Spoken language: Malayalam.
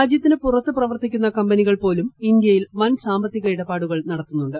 രാജ്യത്തിന് പുറത്ത് പ്രവർത്തിക്കുന്ന കമ്പനികൾ പോലും ഇന്ത്യയിൽ വൻ സാമ്പത്തിക ഇടപാടുകൾ നടത്തുന്നുണ്ട്